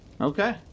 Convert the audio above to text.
Okay